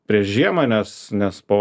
prieš žiemą nes po vasaros